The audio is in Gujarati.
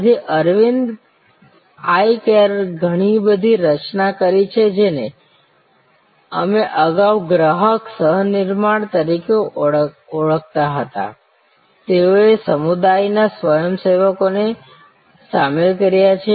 તેથી અરવિંદ આઈ કેરે ઘણી બધી રચના કરી છે જેને અમે અગાઉ ગ્રાહક સહ નિર્માણ તરીકે ઓળખાવતા હતા તેઓએ સમુદાયના સ્વયંસેવકોને સામેલ કર્યા છે